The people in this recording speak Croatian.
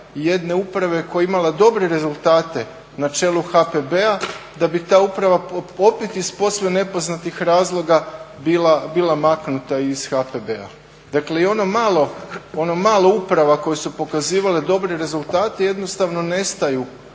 jedne uprave koja je imala dobre rezultate na čelu HPB-a da bi ta uprava opet iz posve nepoznatih razloga bila maknuta iz HPB-a. Dakle, i ono malo uprava koje su pokazivale dobre rezultate jednostavno nestaju